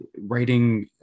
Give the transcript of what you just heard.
writing